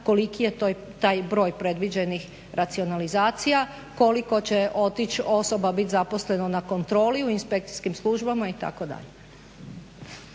koliki je taj broj predviđenih racionalizaciji, koliko će otić osoba bit zaposleno na kontroli, u inspekcijskim službama itd.